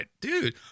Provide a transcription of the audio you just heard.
Dude